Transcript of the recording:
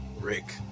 Rick